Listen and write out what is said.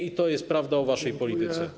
I to jest prawda o waszej polityce.